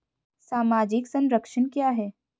सामाजिक संरक्षण क्या है?